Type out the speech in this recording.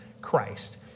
Christ